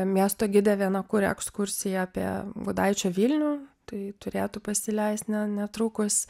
miesto gidė viena kuria ekskursiją apie gudaičio vilnių tai turėtų pasileist ne netrukus